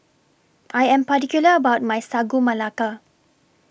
I Am particular about My Sagu Melaka